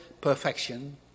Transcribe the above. perfection